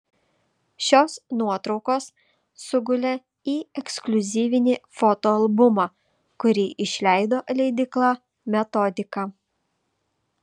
šios nuotraukos sugulė į ekskliuzyvinį fotoalbumą kurį išleido leidykla metodika